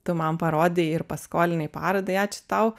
tu man parodei ir paskolinai parodai ačiū tau